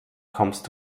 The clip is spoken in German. kommst